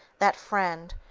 that friend,